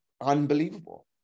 unbelievable